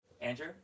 Andrew